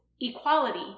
equality